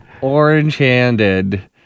orange-handed